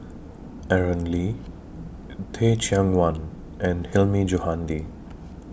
Aaron Lee Teh Cheang Wan and Hilmi Johandi